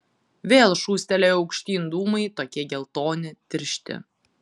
vėl šūstelėjo aukštyn dūmai tokie geltoni tiršti